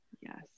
yes